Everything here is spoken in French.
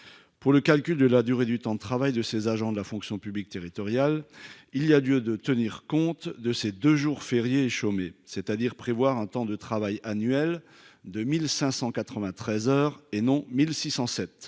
Pour le calcul de la durée du temps de travail de ses agents de la fonction publique territoriale. Il y a lieu de tenir compte de ces deux jours fériés et chômés c'est-à-dire prévoir un temps de travail annuel 2593 heures et non 1607,